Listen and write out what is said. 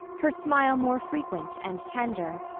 her smile more frequent and tender.